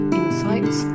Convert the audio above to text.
insights